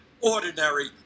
ordinary